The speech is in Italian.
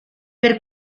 per